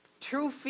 true